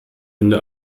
winde